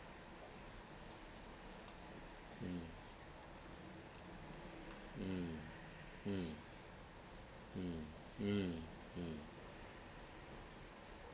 mm mm mm mm mm mm